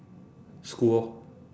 school lor